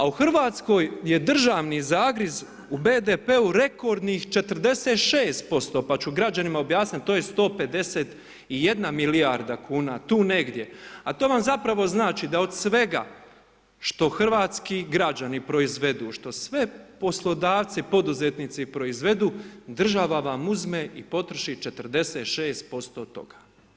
A u Hrvatskoj je državni zagriz u BDP-u rekordnih 46%, pa ću građanima objasniti, to je 151 milijarda kuna, tu negdje, a to vam zapravo znači da od svega što hrvatski građani proizvedu, što sve poslodavci, poduzetnici proizvedu, država vam uzme i potroši 46% toga.